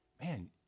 Man